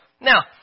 Now